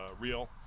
real